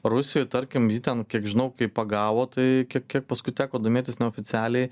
rusijoj tarkim jį ten kiek žinau kaip pagavo tai kiek kiek paskui teko domėtis neoficialiai